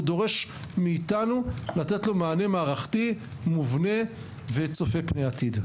דורש מאתנו לתת מענה מערכתי מובנה וצופה פני עתיד.